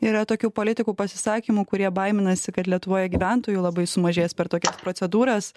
yra tokių politikų pasisakymų kurie baiminasi kad lietuvoje gyventojų labai sumažės per tokias procedūras